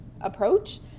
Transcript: approach